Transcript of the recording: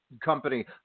company